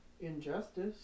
Injustice